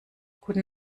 guten